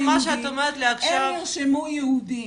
הם נרשמו יהודים,